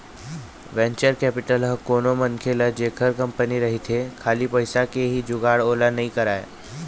venture capital ह कोनो मनखे ल जेखर कंपनी रहिथे खाली पइसा के ही जुगाड़ ओला नइ कराय